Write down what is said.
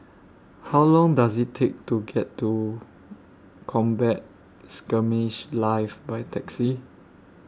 How Long Does IT Take to get to Combat Skirmish Live By Taxi